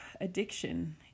addiction